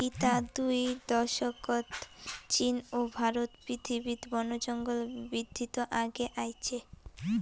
বিতা দুই দশকত চীন ও ভারত পৃথিবীত বনজঙ্গল বিদ্ধিত আগে আইচে